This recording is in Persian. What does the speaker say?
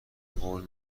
قول